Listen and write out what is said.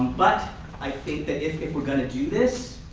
but i think that if it we're going to do this,